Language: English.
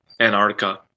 Antarctica